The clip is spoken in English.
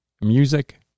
music